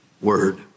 word